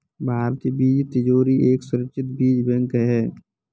भारतीय बीज तिजोरी एक सुरक्षित बीज बैंक है